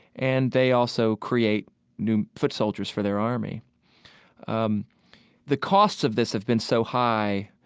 and they also create new foot soldiers for their army um the costs of this have been so high,